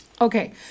okay